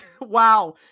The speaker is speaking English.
Wow